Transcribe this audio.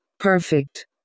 Perfect